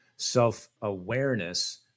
self-awareness